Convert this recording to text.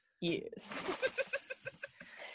yes